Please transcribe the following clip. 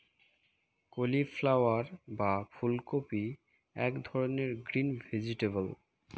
cauliflower বা ফুলকপি এক ধরনের গ্রিন ভেজিটেবল